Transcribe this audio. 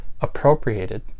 appropriated